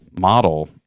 model